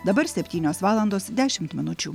dabar septynios valandos dešimt minučių